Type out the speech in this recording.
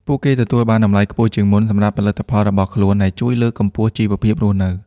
ពួកគេទទួលបានតម្លៃខ្ពស់ជាងមុនសម្រាប់ផលិតផលរបស់ខ្លួន ដែលជួយលើកកម្ពស់ជីវភាពរស់នៅ។